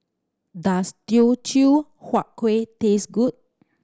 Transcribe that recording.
does Teochew Huat Kueh taste good